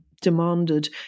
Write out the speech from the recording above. demanded